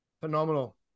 phenomenal